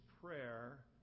prayer